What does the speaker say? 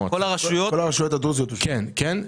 כן,